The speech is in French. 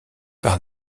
par